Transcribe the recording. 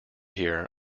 here